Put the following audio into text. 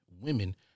Women